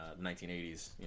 1980s